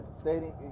stating